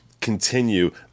continue